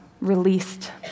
released